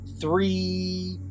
three